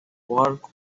work